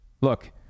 Look